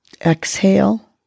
exhale